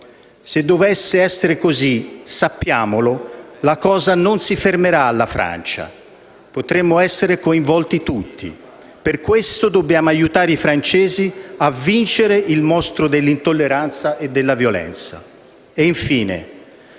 Se dovesse essere così - sappiamolo - la cosa non si fermerà alla Francia. Potremmo essere coinvolti tutti. Per questo dobbiamo aiutare i francesi a vincere il mostro dell'intolleranza e della violenza.